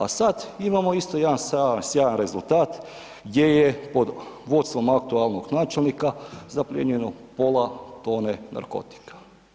A sad imamo isto jedan sjajan rezultat gdje je pod vodstvom aktualnog načelnika zaplijenjeno pola tone narkotika.